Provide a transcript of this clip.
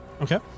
okay